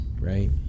right